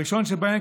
הראשון שבהם,